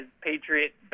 Patriot